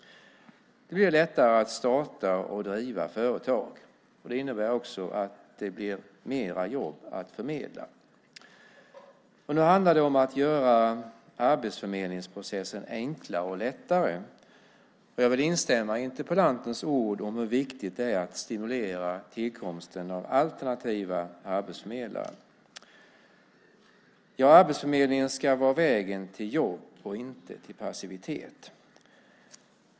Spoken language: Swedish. Det blir lättare att starta och driva företag. Det innebär att det också blir fler jobb att förmedla. Nu handlar det om att göra arbetsförmedlingsprocessen enklare. Jag vill instämma i interpellantens ord om hur viktigt det är att stimulera tillkomsten av alternativa arbetsförmedlare. Arbetsförmedlingen ska vara vägen till jobb, inte till passivitet.